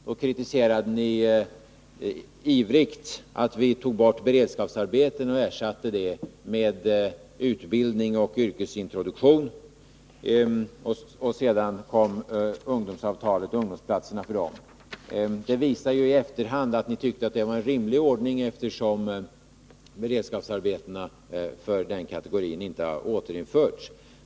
Då kritiserade ni ivrigt att vi tog bort beredskapsarbeten och ersatte dem med utbildning och yrkesintroduktion. Sedan kom ungdomsavtalet och ungdomsplatserna. Det visar ju i efterhand att ni tyckte att det var en rimlig ordning, eftersom beredskapsarbetena för den kategorin inte har återinförts.